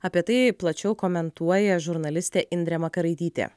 apie tai plačiau komentuoja žurnalistė indrė makaraitytė